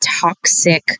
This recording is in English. toxic